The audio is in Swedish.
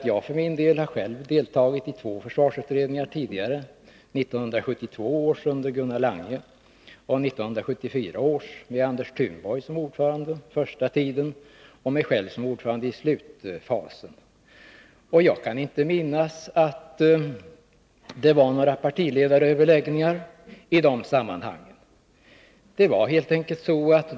Jag har själv deltagit i två försvarsutredningar tidigare — 1970 års under Gunnar Lange samt 1974 års med Anders Thunborg såsom ordförande den första tiden och jag själv såsom ordförande i slutfasen. Jag kan inte minnas att det var några partiledaröverläggningar i de sammanhangen.